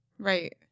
Right